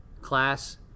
class